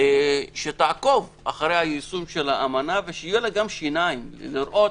שתעקוב אחר יישום האמנה ושיהיו לה שיניים, לראות,